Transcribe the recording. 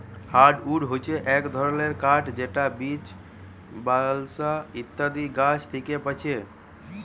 hardwood হচ্ছে এক ধরণের কাঠ যেটা বীচ, বালসা ইত্যাদি গাছ থিকে পাচ্ছি